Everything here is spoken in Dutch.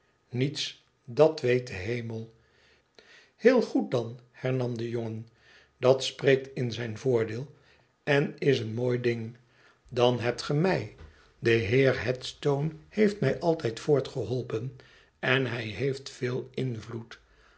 niets dat weet de hemel i heel goed dan hernam de jongen dat spreekt in zijn voordeel en is een mooi ding dan hebt ge mij de heer headstone heeft mij altijd voortholpen en hij heeft veel invloed